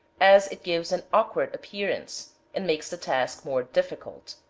as it gives an awkward appearance, and makes the task more difficult.